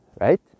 Right